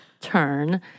turn